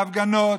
בהפגנות,